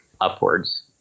upwards